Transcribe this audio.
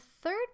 third